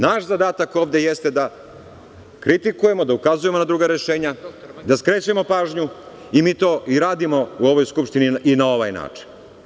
Naš zadatak ovde jeste da kritikujemo, da ukazujemo na druga rešenja, da skrećemo pažnju i mi to i radimo u ovoj Skupštini i na ovaj način.